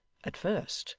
at first,